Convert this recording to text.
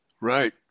Right